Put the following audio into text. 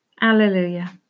Alleluia